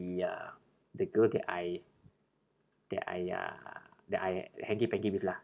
uh the girl that I that I ya that I hanky panky with lah